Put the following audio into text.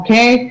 אוקיי?